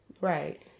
Right